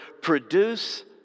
produce